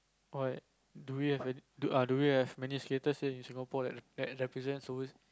but do we have do we have many skaters here in Singapore that that represents overseas